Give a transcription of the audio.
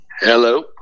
Hello